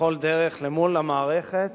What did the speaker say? בכל דרך מול המערכת